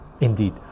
indeed